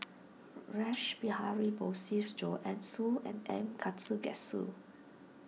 Rash Behari Bose Joanne Soo and M Karthigesu